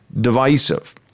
divisive